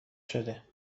شده